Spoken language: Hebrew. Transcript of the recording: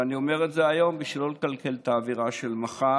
ואני אומר את זה היום בשביל לא לקלקל את האווירה של מחר,